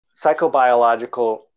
psychobiological